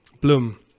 Bloom